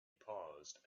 paused